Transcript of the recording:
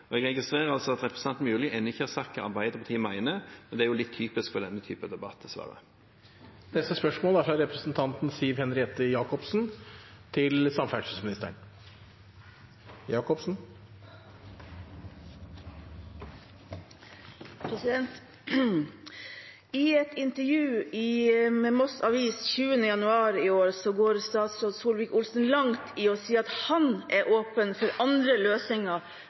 Jeg registrerer altså at representanten Myrli ennå ikke har sagt hva Arbeiderpartiet mener. Det er litt typisk for denne typen debatt, dessverre. «I et intervju med Moss Avis 20. januar går statsråden langt i å si at han er åpen for andre løsninger for riksveg 19 gjennom Moss. Kan statsråden bekrefte at det er åpning for